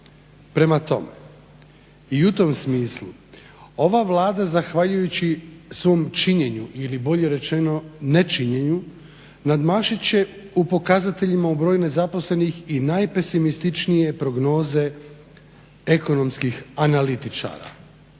Prema tome i u tom smislu ova Vlada zahvaljujući svom činjenju ili bolje rečeno nečinjenju nadmašit će u pokazateljima u boju nezaposlenih i najpesimističnije prognoze ekonomskih analitičara.